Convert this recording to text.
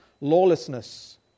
lawlessness